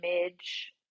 image